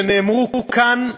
שנאמרו כאן היום.